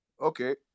Okay